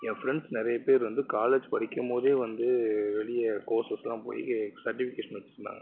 என் friends நிறைய பேர் வந்து காலேஜ் படிக்கும்போதே வந்து வெளியே கோர்ஸஸ்லாம் போய் சர்டிவிகேஷன் வச்சிருந்தாங்க